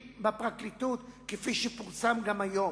בפרקליטות, כפי שפורסם גם היום.